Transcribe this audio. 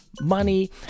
money